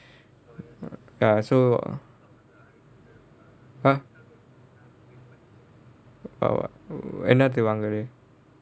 ya so !huh![oh] என்னத்த வாங்குறே:ennatha vaangurae